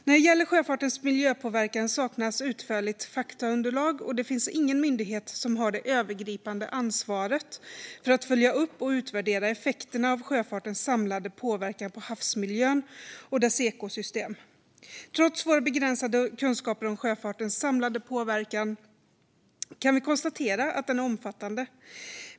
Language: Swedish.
När det gäller sjöfartens miljöpåverkan saknas utförligt faktaunderlag, och det finns ingen myndighet som har det övergripande ansvaret för att följa upp och utvärdera effekterna av sjöfartens samlade påverkan på havsmiljön och dess ekosystem. Trots våra begränsade kunskaper om sjöfartens samlade påverkan kan vi konstatera att den är omfattande.